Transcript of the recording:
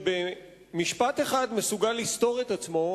שבמשפט אחד מסוגל לסתור את עצמו.